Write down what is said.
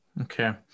okay